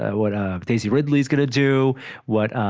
ah what ah daisy ridley's gonna do what